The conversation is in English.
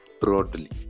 broadly